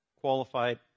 qualified